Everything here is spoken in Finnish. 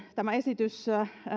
tämä esitys